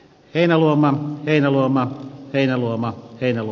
heinäluoma heinäluoma elomaa eu